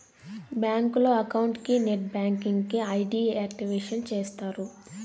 బ్యాంకులో అకౌంట్ కి net banking కి ఐ.డి యాక్టివేషన్ చేస్తారు